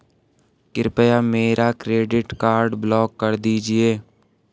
कृपया मेरा credit card block कर दीजिए